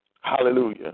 hallelujah